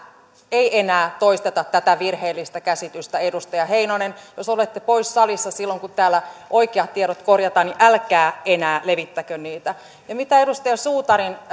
ei enää toisteta tätä virheellistä käsitystä edustaja heinonen jos olette pois salista silloin kun täällä oikeat tiedot korjataan niin älkää enää levittäkö niitä ja mitä edustaja suutarin